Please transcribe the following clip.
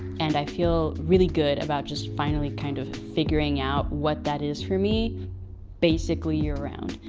and i feel really good about just finally kind of figuring out what that is for me basically year-round.